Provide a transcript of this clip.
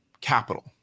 capital